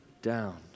down